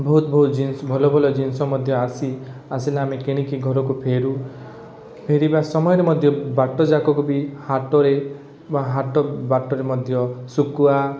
ବହୁତ ବହୁତ ଜିନିଷ ଭଲ ଭଲ ଜିନିଷ ମଧ୍ୟ ଆସି ଆସିଲେ ଆମେ କିଣିକି ଘରକୁ ଫେରୁ ଫେରିବା ସମୟରେ ମଧ୍ୟ ବାଟ ଯାକ ବି ହାଟରେ ବା ହାଟ ବାଟରେ ମଧ୍ୟ ଶୁକୁଆ